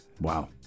Wow